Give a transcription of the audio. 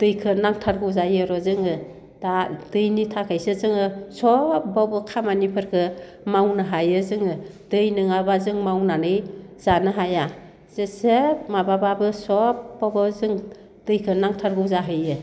दैखो नांथारगो जायो र' जोङो दा दैनि थाखायसो जोङो सबावबो खामानिफोरखो मावनो हायो जोङो दै नोङाब्ला जोङो मावनानै जानो हाया जेसे माबाब्लाबो सबावबो जों दैखो नांथारगो जाहैयो